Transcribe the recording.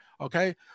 okay